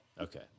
Okay